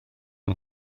yng